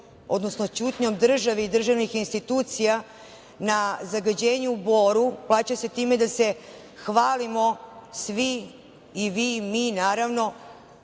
odnosno ćutnjom države i državnih institucija na zagađenje u Boru, plaća se time da se hvalimo svi, i vi i mi, smanjenjem